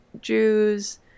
Jews